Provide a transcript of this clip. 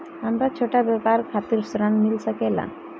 हमरा छोटा व्यापार खातिर ऋण मिल सके ला?